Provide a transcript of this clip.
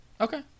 Okay